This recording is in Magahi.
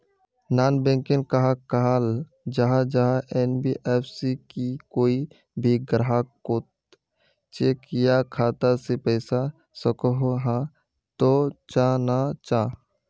नॉन बैंकिंग कहाक कहाल जाहा जाहा एन.बी.एफ.सी की कोई भी ग्राहक कोत चेक या खाता से पैसा सकोहो, हाँ तो चाँ ना चाँ?